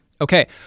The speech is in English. Okay